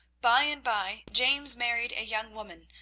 by and by james married a young woman,